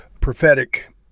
prophetic